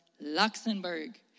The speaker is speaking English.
Luxembourg